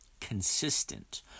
consistent